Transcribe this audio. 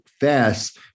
fast